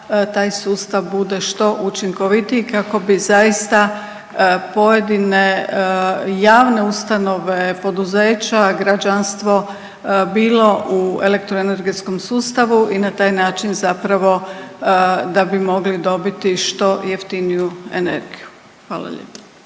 taj sustav bude što učinkovitiji kako bi zaista pojedine javne ustanove, poduzeća i građanstvo bilo u elektroenergetskom sustavu i na taj način zapravo da bi mogli dobiti što jeftiniju energiju, hvala lijepo.